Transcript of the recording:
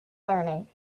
learning